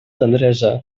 tendresa